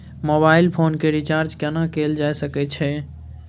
Mobile phone के recharge केना कैल जा सकै छै?